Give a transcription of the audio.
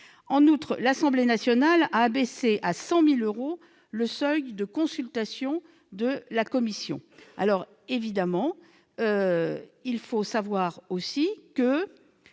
En outre, l'Assemblée nationale a abaissé à 100 000 euros le seuil de consultation de la commission. Évidemment, il faut aussi savoir que